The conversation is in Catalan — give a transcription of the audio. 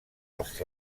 els